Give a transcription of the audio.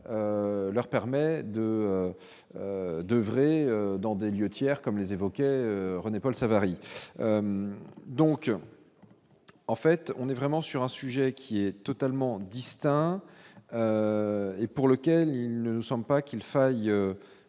Leur permet de devrait dans des lieux tiers comme les évoquer, René-Paul Savary, donc en fait on est vraiment sur un sujet qui est totalement distincts et pour lequel il ne nous sommes pas qu'il faille